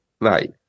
Right